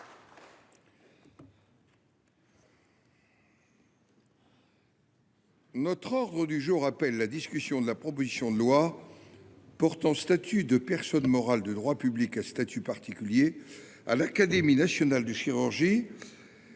groupe Les Républicains, la discussion de la proposition de loi portant statut de personne morale de droit public à statut particulier à l’Académie nationale de chirurgie,